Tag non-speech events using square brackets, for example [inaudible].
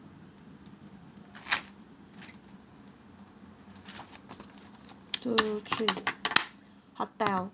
two three [noise] hotel